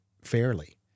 fairly